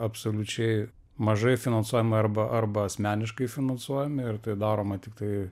absoliučiai mažai finansuojama arba arba asmeniškai finansuojami ir tai daroma tiktai